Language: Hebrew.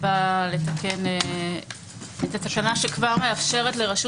באה לתקן את התקנה שכבר מאפשרת לרשות